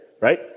right